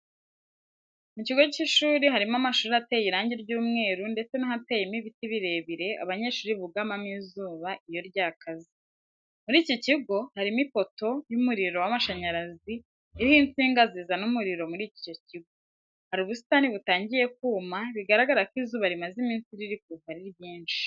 Mu kigo cy'ishuri harimo amashuri ateye irangi ry'umweru ndetse hateyemo ibiti birebire abanyeshuri bugamamo izuba iyo ryakaze. Muri iki kigo harimo ipoto y'umuriro w'amashanyarazi iriho insinga zizana umuriro muri icyo kigo. Hari ubusitani butangiye kuma bigaragara ko izuba rimaze iminsi riri kuva ari ryinshi.